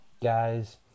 Guys